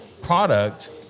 product